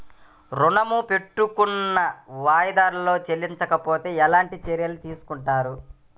ఋణము పెట్టుకున్న వాయిదాలలో చెల్లించకపోతే ఎలాంటి చర్యలు తీసుకుంటారు?